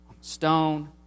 stone